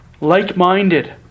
like-minded